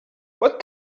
what